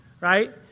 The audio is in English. right